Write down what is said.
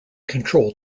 control